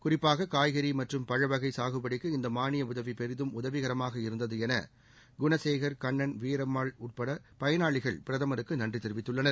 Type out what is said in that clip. குறிப்பாக காய்கறி மற்றும் பழவகை சாகுபடிக்கு இந்த மானிய உதவி பெரிதும் உதவிக்கரமாக இருந்தது எள குணசேகர் கண்ணன் வீரம்மாள் உள்ளிட்ட பயனாளிகள் பிரதமருக்கு நன்றி தெரிவித்துள்ளனர்